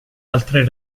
altre